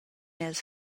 els